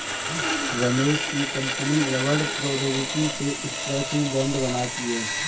रमेश की कंपनी रबड़ प्रौद्योगिकी से स्ट्रैचिंग बैंड बनाती है